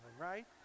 right